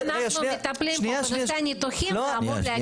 אם אנחנו מטפלים בניתוחים זה אמור להגיע לניתוחים.